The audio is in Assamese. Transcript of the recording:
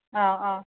অঁ অঁ